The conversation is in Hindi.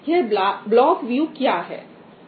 यह ब्लॉक क्या है